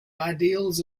ideals